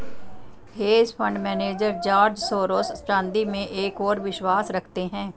hedge fund manager George Soros चांदी में एक और विश्वास रखते हैं